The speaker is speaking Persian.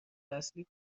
اصلی